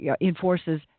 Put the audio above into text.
enforces